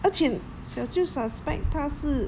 而且小舅 suspect 他是